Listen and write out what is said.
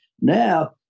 Now